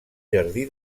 jardí